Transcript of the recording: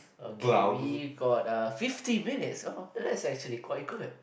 okay we got a fifty minutes oh that's actually quite good